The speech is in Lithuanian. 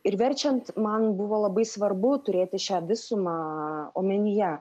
ir verčiant man buvo labai svarbu turėti šią visumą omenyje